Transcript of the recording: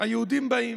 היהודים באים.